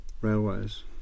railways